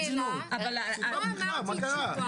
שאלתי שאלה, לא אמרתי תשובה.